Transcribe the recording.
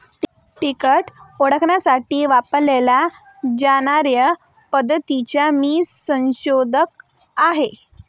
कीटक ओळखण्यासाठी वापरल्या जाणार्या पद्धतीचा मी संशोधक आहे